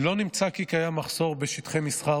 לא נמצא כי קיים מחסור בשטחי מסחר